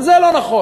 גם זה לא נכון.